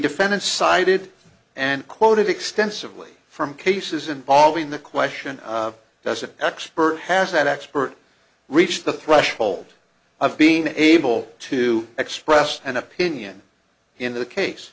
defendant sided and quoted extensively from cases involving the question does an expert has an expert reach the threshold of being able to express an opinion in the case